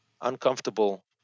uncomfortable